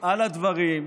על הדברים,